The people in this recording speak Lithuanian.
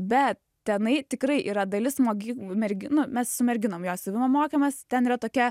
bet tenai tikrai yra dalis mogi merginų nu mes su merginom jo siuvimo mokėmės ten yra tokia